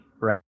right